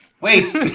wait